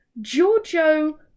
Giorgio